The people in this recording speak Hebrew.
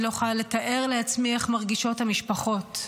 אני לא יכולה לתאר לעצמי איך מרגישות המשפחות.